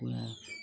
এয়া